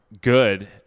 good